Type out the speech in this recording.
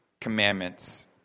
commandments